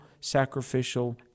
sacrificial